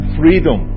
freedom